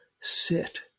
sit